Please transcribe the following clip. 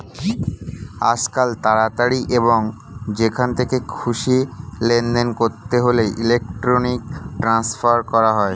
আজকাল তাড়াতাড়ি এবং যেখান থেকে খুশি লেনদেন করতে হলে ইলেক্ট্রনিক ট্রান্সফার করা হয়